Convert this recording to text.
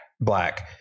Black